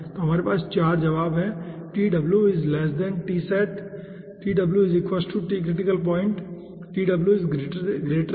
तो हमारे पास 4 जवाब हैं